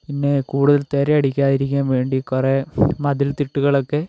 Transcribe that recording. പിന്നെ കൂടുതൽ തിര അടിക്കാതിരിക്കാൻ വേണ്ടി കുറെ മതിൽ തിട്ടകളൊക്കെ